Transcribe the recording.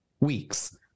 weeks